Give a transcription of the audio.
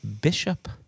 Bishop